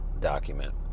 document